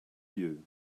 you